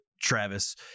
travis